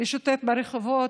לשוטט ברחובות,